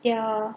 ya